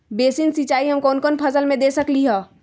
Basin सिंचाई हम कौन कौन फसल में दे सकली हां?